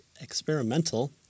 experimental